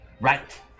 Right